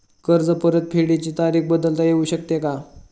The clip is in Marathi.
कर्ज परतफेडीची तारीख बदलता येऊ शकते का?